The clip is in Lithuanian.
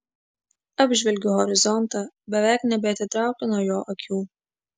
apžvelgiu horizontą beveik nebeatitraukiu nuo jo akių